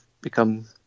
become